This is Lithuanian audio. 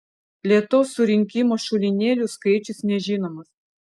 lietaus surinkimo šulinėlių skaičius nežinomas